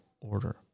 order